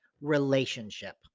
relationship